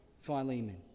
Philemon